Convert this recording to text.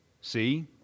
See